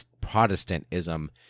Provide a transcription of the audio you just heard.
Protestantism